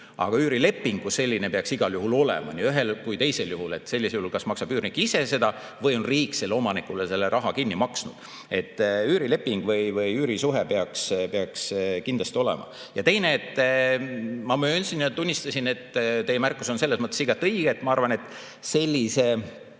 aga üürileping kui selline peaks igal juhul olema, nii ühel kui ka teisel juhul. Sellisel juhul kas maksab üürnik ise seda või on riik omanikule selle raha kinni maksnud. Üürileping või üürisuhe peaks kindlasti olema. Ma möönsin ja tunnistasin, et teie märkus on selles mõttes igati õige, et ma arvan, et selliseks